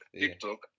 TikTok